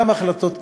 גם החלטות קריטיות,